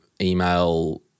email